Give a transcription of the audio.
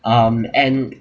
um and